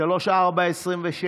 מס' 3426,